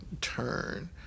turn